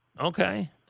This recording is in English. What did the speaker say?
Okay